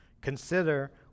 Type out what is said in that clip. consider